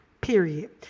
period